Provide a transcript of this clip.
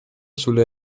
sulle